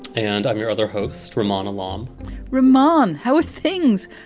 and i'm your other host, vermont alarm reman. how are things?